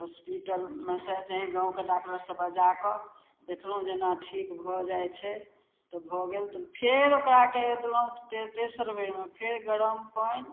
हॉस्पिटलमे सँ नै गाँवके डॉक्टर से बजाकऽ देखलहुँ जेना ठीक भऽ जाइ छै तऽ भऽ गेल तऽ फेर ओकराके सेदलहुँ फेर तेसर बेरमे फेर गरम पानि